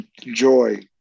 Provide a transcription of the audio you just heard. joy